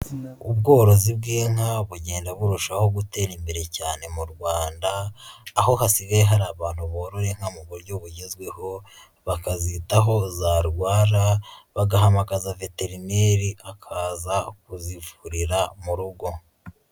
Ubworozi bw'inka bugenda burushaho gutera imbere cyane mu Rwanda, aho hasigaye hari abantu borora inka mu buryo bugezweho, bakazitaho zarwara bagahamagaza veterineri akaza kuzivurira mu rugo.